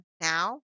now